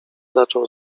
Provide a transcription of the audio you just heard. zaczął